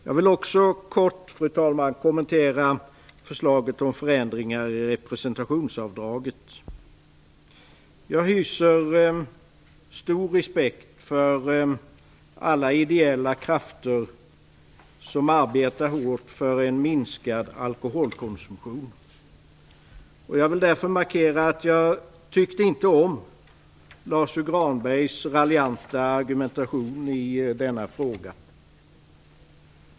Jag vill, fru talman, också kort kommentera förslaget om förändringar i representationsavdraget. Jag hyser stor respekt för alla ideella krafter som arbetar hårt för en minskning av alkoholkonsumtionen. Jag vill därför markera att jag inte tyckte om Lars U Granbergs raljanta argumentation i denna fråga.